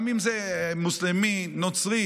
גם אם זה מוסלמי, נוצרי,